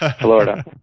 Florida